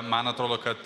man atrodo kad